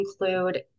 include